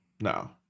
no